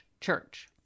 church